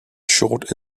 short